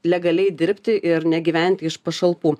legaliai dirbti ir negyventi iš pašalpų